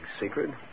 secret